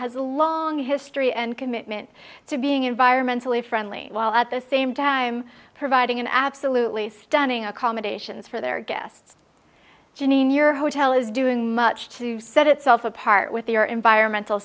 as a long history and commitment to being environmentally friendly while at the same time providing an absolutely stunning accommodations for their guests janine your hotel is doing much to set itself apart with your environmental